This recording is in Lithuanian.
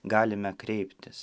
galime kreiptis